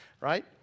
right